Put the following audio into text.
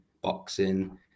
boxing